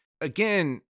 Again